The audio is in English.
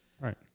Right